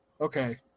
Okay